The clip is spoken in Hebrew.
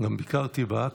גם ביקרתי בה,